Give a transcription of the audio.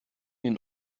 den